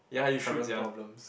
current problems